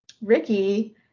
Ricky